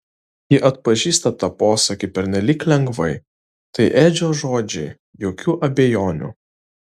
ji atpažįsta tą posakį pernelyg lengvai tai edžio žodžiai jokių abejonių